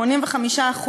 85%